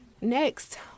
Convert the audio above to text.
Next